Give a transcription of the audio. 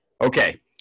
Okay